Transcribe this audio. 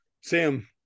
Sam